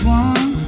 one